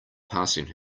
passing